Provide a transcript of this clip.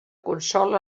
consol